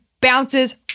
bounces